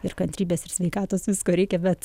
ir kantrybės ir sveikatos visko reikia bet